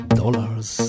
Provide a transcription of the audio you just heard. dollars